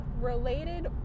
related